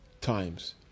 times